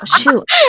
shoot